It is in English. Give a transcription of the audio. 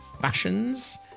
fashions